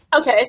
Okay